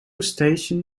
station